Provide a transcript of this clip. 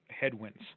headwinds